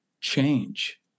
change